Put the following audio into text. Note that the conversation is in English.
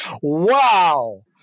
Wow